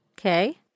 Okay